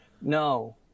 No